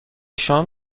شام